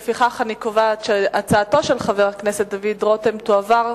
לפיכך אני קובעת שהצעתו של חבר הכנסת דוד רותם תועבר,